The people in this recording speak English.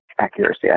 accuracy